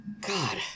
God